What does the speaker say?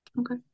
Okay